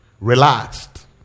Relaxed